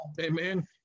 Amen